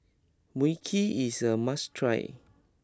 Mui Kee is a must try